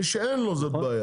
מי שאין לו, זאת בעיה.